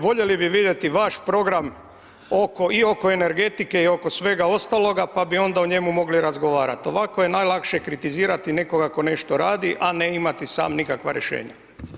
Voljeli bi vidjeti vaš program oko i oko energetike i oko svega ostaloga, pa bi onda o njemu mogli razgovarat, ovako je najlakše kritizirat nekoga tko nešto radi, a ne imati sam nikakva rješenja.